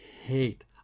hate